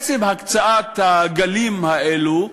עצם הקצאת הגלים האלה,